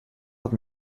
wat